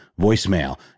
voicemail